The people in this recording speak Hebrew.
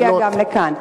ואנחנו נגיע גם לכאן.